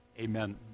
Amen